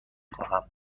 خواهم